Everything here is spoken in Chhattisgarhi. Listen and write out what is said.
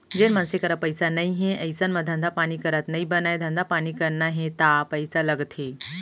जेन मनसे करा पइसा नइ हे अइसन म धंधा पानी करत नइ बनय धंधा पानी करना हे ता पइसा लगथे